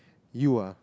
you ah